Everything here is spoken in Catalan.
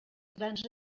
grans